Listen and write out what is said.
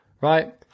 right